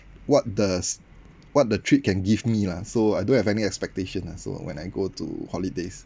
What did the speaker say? what does what the trip can give me lah so I don't have any expectation ah so when I go to holidays